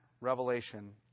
revelation